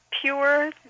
pure